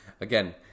again